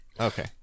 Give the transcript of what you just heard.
Okay